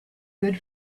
good